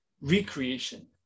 recreation